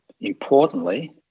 importantly